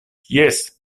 jes